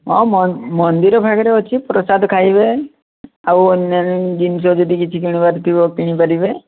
ହଁ ମନ୍ଦିର ପାଖରେ ଅଛି ପ୍ରସାଦ ଖାଇବେ ଆଉ ଅନ୍ୟାନ୍ୟ ଜିନିଷ ଯଦି କିଣିବାର ଥିବ ତ କିଣି ପାରିବେ